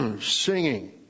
Singing